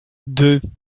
deux